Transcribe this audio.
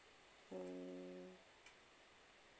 mm